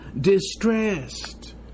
distressed